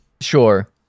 Sure